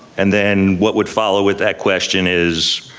and then what would follow with that question is,